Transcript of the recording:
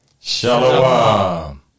shalom